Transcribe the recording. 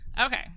Okay